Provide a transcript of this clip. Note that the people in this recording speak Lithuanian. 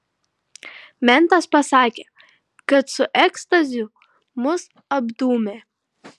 mentas pasakė kad su ekstazių mus apdūmė